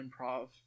improv